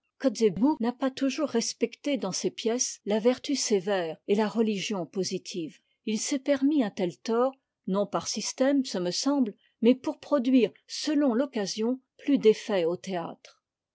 n'a pas toujours respecté dans ses pièces la vertu sévère et la religion positive il s'est permis un tel tort non par système ce me semble mais pour produire selon l'occasion plus d'effet au théâtre